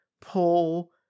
pull